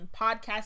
podcast